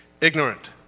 ignorant